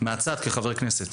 מהצד כחבר כנסת.